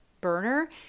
burner